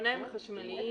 האופניים החשמליים,